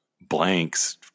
blanks